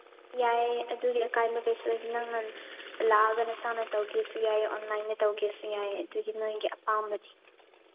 ꯌꯥꯏ ꯑꯗꯨꯗꯤ ꯑꯀꯥꯏꯕ ꯀꯩꯁꯨ ꯂꯩꯇꯦ ꯅꯪꯅ ꯂꯥꯛꯑꯒ ꯅꯁꯥꯅ ꯇꯧꯒꯦꯁꯨ ꯌꯥꯏ ꯑꯣꯟꯂꯥꯏꯟꯗ ꯇꯧꯒꯦꯁꯨ ꯌꯥꯏ ꯑꯗꯨꯗꯤ ꯅꯣꯏꯒꯤ ꯑꯄꯥꯝꯕꯅꯤ